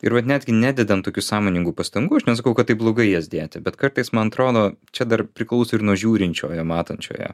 ir vat netgi nededant tokių sąmoningų pastangų aš nesakau kad tai blogai jas dėti bet kartais man atrodo čia dar priklauso ir nuo žiūrinčiojo matančiojo